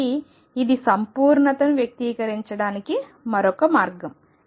కాబట్టి ఇది సంపూర్ణతను వ్యక్తీకరించడానికి మరొక మార్గం